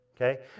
okay